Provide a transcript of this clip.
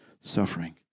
suffering